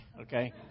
okay